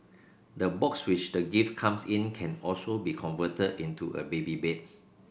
the box which the gift comes in can also be converted into a baby bed